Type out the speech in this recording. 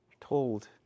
told